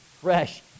fresh